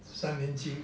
三年级